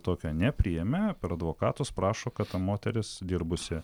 tokio nepriėmė per advokatus prašo kad ta moteris dirbusi